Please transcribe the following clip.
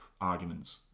arguments